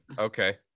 Okay